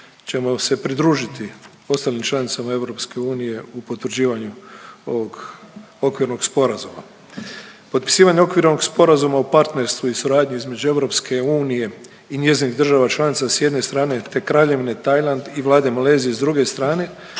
ćemo se pridružiti ostalim članicama EU u potvrđivanju ovog okvirnog sporazuma. Potpisivanje Okvirnog sporazuma o partnerstvu i suradnji između EU i njezinih država članica s jedne strane te Kraljevine Tajland i Vlade Malezije s druge strane